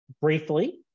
briefly